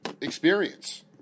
experience